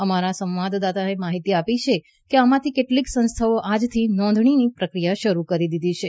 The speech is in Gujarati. અમારા સંવાદદાતાએ માહિતી આપી છે કે આમાંથી કેટલીક સંસ્થાઓએ આજથી નોંધણી કરવાની પ્રક્રિયા શરૂ કરી દીધી છે